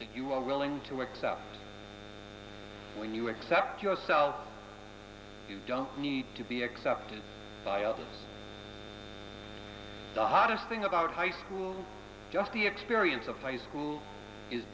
you are willing to accept when you accept yourself you don't need to be accepted by others the hardest thing about high school just the experience of play school is